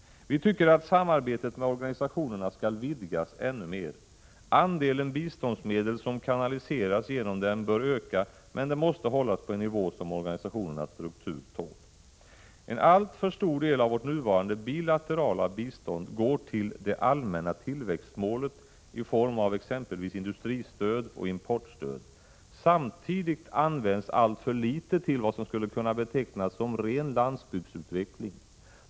Vi tycker att samarbetet med organisationerna skall vidgas ännu mer. Andelen biståndsmedel som kanaliseras genom dem bör öka men den måste hållas på en nivå som organisationernas struktur tål. En allt för stor del av vårt nuvarande bilaterala bistånd går till det allmänna tillväxtmålet i form av exempelvis industristöd och importstöd. Samtidigt används allt för litet till vad som skulle kunna betecknas som ren landsbygdsutveckling.